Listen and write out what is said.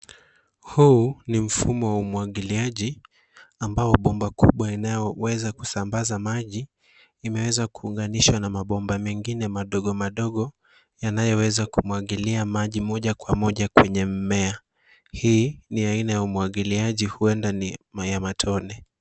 Huu ni mfumo wa umwagiliaji ambao bomba kubwa inayoweza kusambaza maji imeweza kuunganishwa na mabomba mengine madogo madogo yanayoweza kumwagilia maji moja kwa moja kwenye mmea. Hii ni aina ya umwagiliaji huenda ni ya matone.